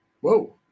Whoa